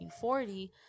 1940